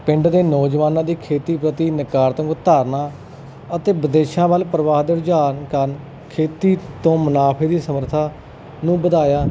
ਪਿੰਡ ਦੇ ਨੌਜਵਾਨਾਂ ਦੀ ਖੇਤੀ ਪ੍ਰਤੀ ਨਕਾਰਤਮਕ ਧਾਰਨਾ ਅਤੇ ਵਿਦੇਸ਼ਾਂ ਵੱਲ ਪਰਿਵਾਰ ਦੇ ਰੁਝਾਨ ਕਾਰਨ ਖੇਤੀ ਤੋਂ ਮੁਨਾਫੇ ਦੀ ਸਮਰਥਾ ਨੂੰ ਵਧਾਇਆ